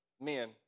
men